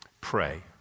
Pray